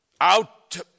out